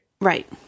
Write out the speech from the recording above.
Right